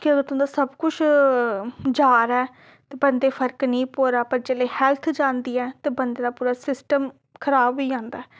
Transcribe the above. केह् तुं'दा सब कुछ जा दा ऐ ते बंदे गी फर्क नेईं परा पर जेल्लै हैल्थ जांदी ऐ ते बंदे दा पूरा सिस्टम खराब होई जंदा ऐ